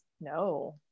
No